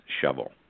shovel